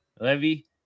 Levy